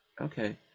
Okay